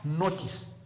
notice